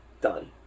done